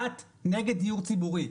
דת נגד דיור ציבורי.